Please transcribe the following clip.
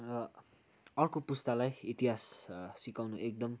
र अर्को पुस्तालाई इतिहास सिकाउनु एकदम